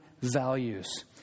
values